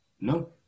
No